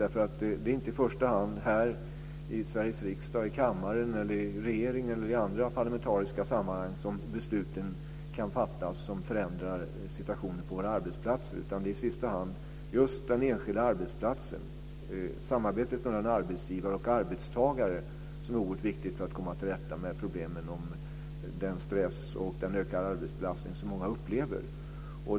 Det är inte i första hand här i Sveriges riksdag, i kammaren, i regeringen eller i andra parlamentariska sammanhang som besluten kan fattas som ändrar situationen på våra arbetsplatser, utan det är just på den enskilda arbetsplatsen. Det är samarbetet mellan arbetsgivare och arbetstagare som är så oerhört viktigt för att komma till rätta med problemen med den stress och den ökade arbetsbelastning som många upplever.